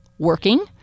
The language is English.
working